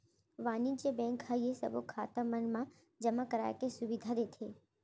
वाणिज्य बेंक ह ये सबो खाता मन मा जमा कराए के सुबिधा देथे